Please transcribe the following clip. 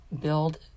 build